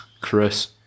Chris